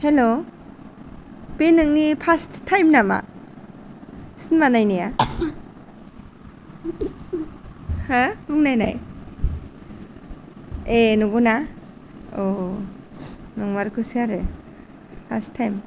hello बे नोंनि first time नामा सिनेमा नायनाया हो बुंनायनाय ए नोंगौना औ औ नोंमारगौसो आरो फार्स्ट टाइम